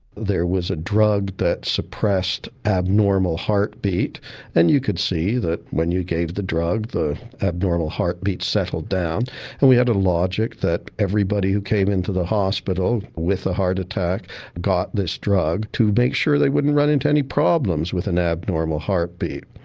there was a drug that suppressed abnormal heart beat and you could see that when you gave the drug the abnormal heart beat settled down and we had a logic that everybody who came into the hospital with a heart attack got this drug to make sure they wouldn't run into any problems with an abnormal heart beat.